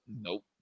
Nope